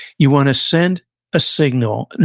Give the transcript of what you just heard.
you want to send a signal,